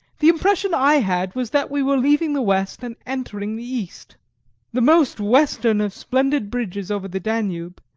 the impression i had was that we were leaving the west and entering the east the most western of splendid bridges over the danube,